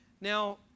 Now